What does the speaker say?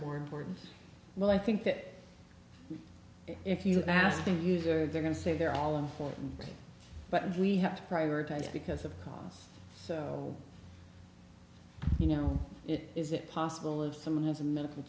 more important well i think that if you ask the user they're going to say they're all important but we have to prioritize because of cost so you know it is it possible if someone has a medical